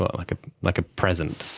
ah like ah like a present.